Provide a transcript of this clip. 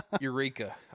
Eureka